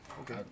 Okay